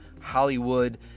Hollywood